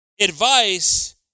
Advice